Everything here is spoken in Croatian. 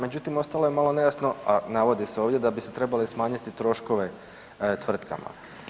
Međutim, ostalo je malo nejasno, a navodi se ovdje, da bi se trebali smanjiti troškovi tvrtkama.